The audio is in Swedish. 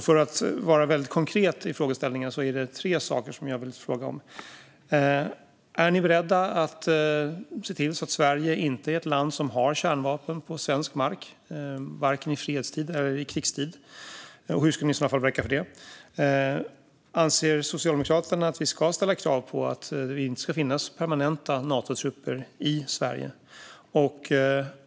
För att vara väldigt konkret i frågeställningen är det tre saker som jag vill fråga om: Är ni beredda att se till så att Sverige är ett land som inte har kärnvapen på svensk mark vare sig i fredstid eller krigstid, och hur ska ni i så fall verka för det? Anser Socialdemokraterna att vi ska ställa krav på att det inte ska finnas permanenta Natotrupper i Sverige?